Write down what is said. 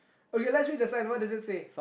okay let's read the sign what does it say